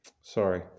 Sorry